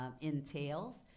entails